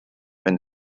been